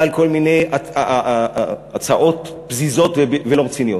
כל מיני הצעות פזיזות ולא רציניות.